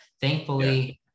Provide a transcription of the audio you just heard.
thankfully